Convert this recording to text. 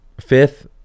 fifth